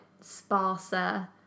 sparser